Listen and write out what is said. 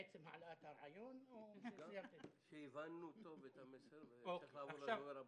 הבנו טוב את המסר, וצריך לעבור לדובר הבא.